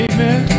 Amen